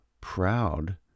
proud